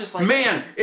man